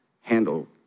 handle